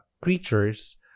creatures